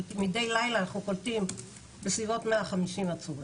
כי מידי לילה אנחנו קולטים בסביבות 150 עצורים.